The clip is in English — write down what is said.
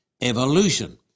evolution